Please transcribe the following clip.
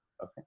okay